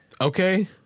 Okay